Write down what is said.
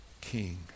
king